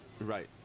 Right